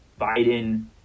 Biden